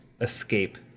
escape